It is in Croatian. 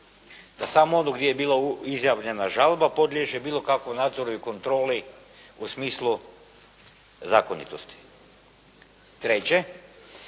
da samo ono gdje je bila izjavljena žalba podliježe bilo kakvom nadzoru i kontroli u smislu zakonitosti. Treće,